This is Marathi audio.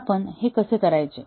तर आपण हे कसे करायचे